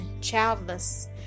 childless